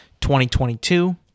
2022